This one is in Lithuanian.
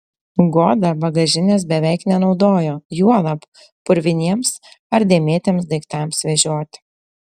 goda bagažinės beveik nenaudojo juolab purviniems ar dėmėtiems daiktams vežioti